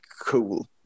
cool